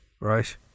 right